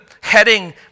heading